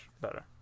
better